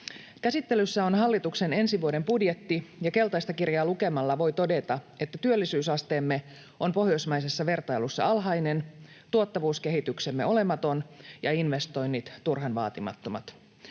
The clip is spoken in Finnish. Käsittelyssä on hallituksen ensi vuoden budjetti, ja keltaista kirjaa lukemalla voi todeta, että työllisyysasteemme on pohjoismaisessa vertailussa alhainen, tuottavuuskehityksemme olematon ja investoinnit turhan vaatimattomat.